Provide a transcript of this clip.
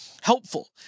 helpful